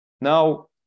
Now